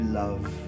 love